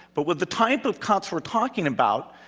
but with the type of cuts we're talking about,